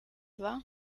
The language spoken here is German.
wahr